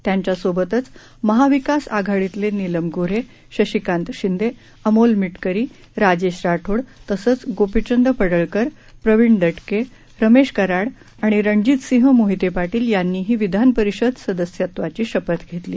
त्यांच्यासोबतच महाविकास आघाडीतले नीलम गोऱ्हे शशिकांत शिंदे अमोल मिटकरी राजेश राठोड तसंच गोपीचंद पडळकर प्रवीण दटके रमेश कराड आणि रणजितसिंह मोहिते पाटील यांनीही विधानपरिषद सदस्यत्वाची शपथ घेतली